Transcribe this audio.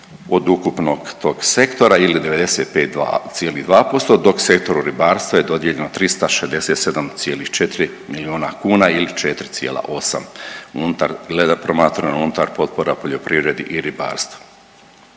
od ukupnog tog sektora ili 95,2% dok sektoru ribarstva je dodijeljeno 367,4 milijuna kuna ili 4,8 unutar glede promatrano unutar potpora poljoprivredi i ribarstvu.